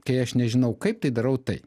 kai aš nežinau kaip tai darau tai